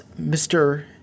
Mr